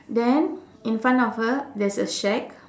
then in front of her there is a shack